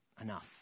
enough